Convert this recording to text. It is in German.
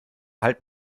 halt